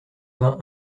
vingt